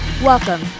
Welcome